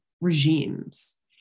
regimes